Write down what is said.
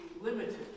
limited